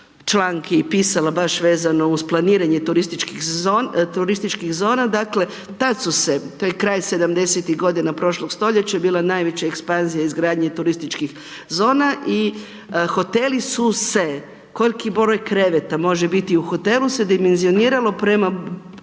članke i pisala baš vezano uz planiranje turističkih zona, tad su se, to je kraj 70-ih godina prošlog stoljeća bile najveća ekspanzija izgradnje turističkih zona i hoteli su se, koliki broj kreveta može biti u hotelu se dimenzioniralo prema,